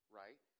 right